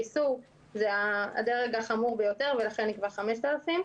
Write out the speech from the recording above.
זה הדרג החמור ביותר ולכן נקבע קנס של 5,000 שקל.